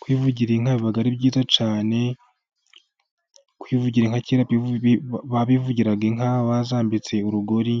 Kwivugira inka biba ari byiza cyane, kwivugira inka kera bivugiraga inka bazambitse urugori